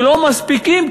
ולא מספיקים,